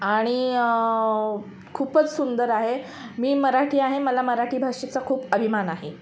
आणि खूपच सुंदर आहे मी मराठी आहे मला मराठी भाषेचा खूप अभिमान आहे